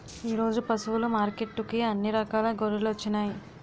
ఈరోజు పశువులు మార్కెట్టుకి అన్ని రకాల గొర్రెలొచ్చినాయ్